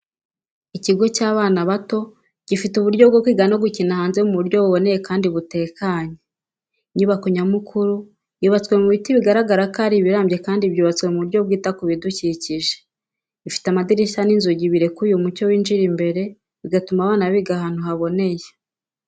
Ikigo cy’abana bato gifite uburyo bwo kwiga no gukina hanze mu buryo buboneye kandi butekanye. Inyubako nyamukuru yubatwe mu biti bigaragara ko ari ibirambye kandi byubatswe mu buryo bwita ku bidukikije. Ifite amadirishya n’inzugi birekuye umucyo winjira imbere, bigatuma abana biga ahantu haboneye.